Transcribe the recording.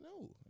No